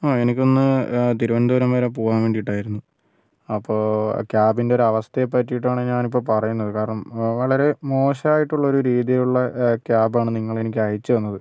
ആ എനിക്കൊന്ന് തിരുവനന്തപുരം വരെ പോകാൻ വേണ്ടിയിട്ടായിരുന്നു അപ്പോൾ ആ ക്യാബിൻ്റെയൊരു അവസ്ഥയെ പറ്റിയിട്ടാണ് ഞാൻ ഇപ്പോൾ പറയുന്നത് കാരണം വളരെ മോശമായിട്ടുള്ളൊരു രീതിയിലുള്ള ക്യാബാണ് നിങ്ങൾ എനിക്ക് അയച്ച് തന്നത്